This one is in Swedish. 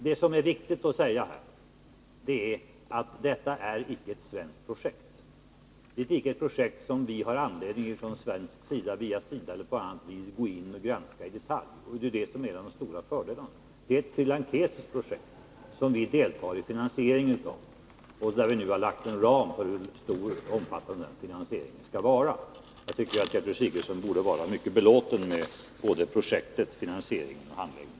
Det som är viktigt att framhålla här är att projektet icke är ett svenskt projekt. Det är icke ett projekt som vi från svensk sida har anledning att via SIDA eller på annat sätt gå in och granska i detalj. Det är ju en av de stora fördelarna. Projektet är ett srilankesiskt projekt, och vi deltar i finansieringen av detta. Vi har lagt fast en ram för hur omfattande finansieringen skall vara. Jag tycker att Gertrud Sigurdsen borde vara mycket belåten både med projektet och med finansieringen och handläggningen.